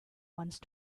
once